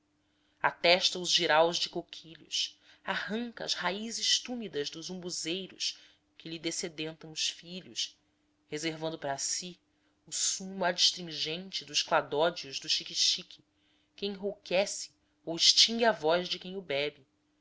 o faminto atesta os jiraus de coquilhos arranca as raízes túmidas dos umbuzeiros que lhe dessedentam os filhos reservando para si o sumo adstringente dos cladódios do xiquexique que enrouquece ou extingue a voz de quem o bebe